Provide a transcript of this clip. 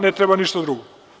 Ne treba ništa drugo.